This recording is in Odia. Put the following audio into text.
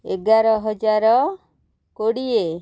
ଏଗାର ହଜାର କୋଡ଼ିଏ